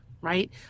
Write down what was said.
right